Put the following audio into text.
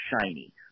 shiny